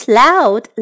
loud